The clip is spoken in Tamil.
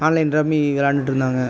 ஆன்லைன் ரம்மி விளையாண்டுகிட்டு இருந்தாங்க